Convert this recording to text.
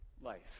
life